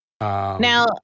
Now